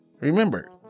Remember